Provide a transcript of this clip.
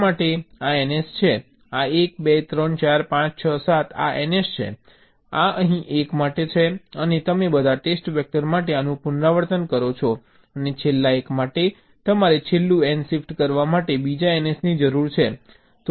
આ ns છે આ 1 2 3 4 5 6 7 આ ns છે આ અહીં 1 માટે છે અને તમે બધા ટેસ્ટ વેક્ટર માટે આનું પુનરાવર્તન કરો છો અને છેલ્લા એક માટે તમારે છેલ્લું n શિફ્ટ કરવા માટે બીજા ns ની જરૂર છે